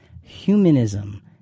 humanism